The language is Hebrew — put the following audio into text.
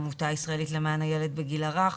העמותה הישראלית למען הילד בגיל הרך.